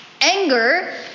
Anger